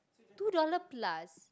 two dollar plus